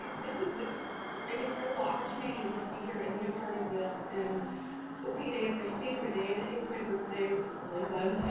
this is an incredible opportunity to get to be here and be a part of this. and opening day is my favorite day. and it is my birthday which is really fun.